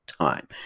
Time